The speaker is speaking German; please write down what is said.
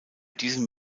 diesem